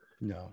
No